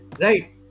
right